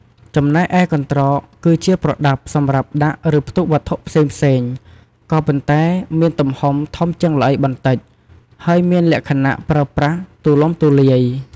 ចំណែកឯ កន្រ្តក គឺជាប្រដាប់សម្រាប់ដាក់ ឬផ្ទុកវត្ថុផ្សេងៗ ក៏ប៉ុន្តែមានទំហំធំជាងល្អីបន្តិច ហើយមានលក្ខណៈប្រើប្រាស់ទូលំទូលាយ។